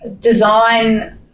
design